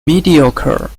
mediocre